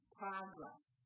progress